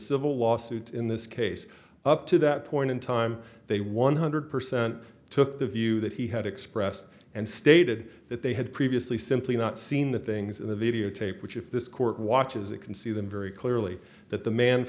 civil lawsuit in this case up to that point in time they one hundred percent took the view that he had expressed and stated that they had previously simply not seen the things in the videotape which if this court watches it can see them very clearly that the man